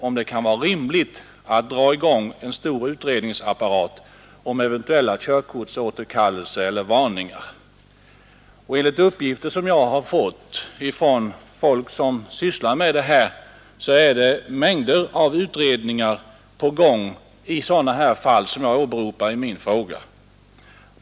Kan det vara rimligt att i ett sådant fall dra i gång en stor utredningsapparat om körkortsåterkallelse eller varning? Enligt uppgifter som jag har fått från personer som sysslar med sådana här ärenden är mängder av utredningar i gång i fall av den typ jag åberopat i min fråga.